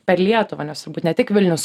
per lietuvą nes turbūt ne tik vilnius